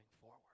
forward